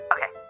Okay